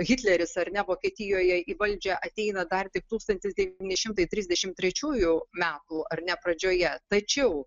hitleris ar ne vokietijoje į valdžią ateina dar tik tūkstantis devyni šimtai trisdešimt trečiųjų metų ar ne pradžioje tačiau